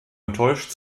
enttäuscht